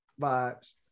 vibes